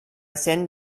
send